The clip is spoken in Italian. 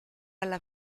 alla